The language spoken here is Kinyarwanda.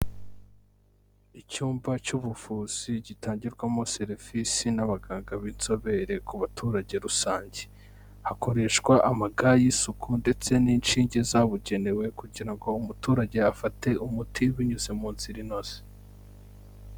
Icyumba cy'ubuvuzi gitangirwamo serivisi n'abaganga b'inzobere ku baturage rusange hakoreshwa ama ga y'isuku ndetse n'inshinge zabugenewe kugira ngo umuturage afate umuti binyuze mu nzira inoze.